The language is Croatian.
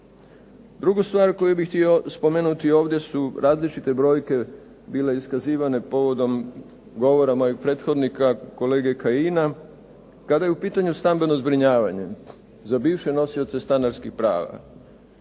Drugu stvar koju bih htio spomenuti ovdje su različite brojke bile iskazivane povodom govora mojeg prethodnika kolege Kajina. Kada je u pitanju stambeno zbrinjavanje za bivše nosioce stanarskih prava